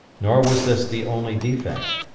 nor was this the only defect.